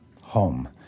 home